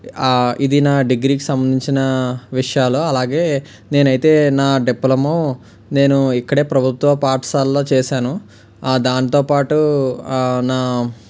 ఇది నా డిగ్రీకి సంభందించిన విషయాలు అలాగే నేనయితే నా డిప్లమా నేను ఇక్కడే ప్రభుత్వ పాఠశాలలో చేశాను దానితోపాటు నా